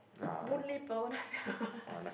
Boon-Lay Power